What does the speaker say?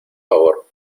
favor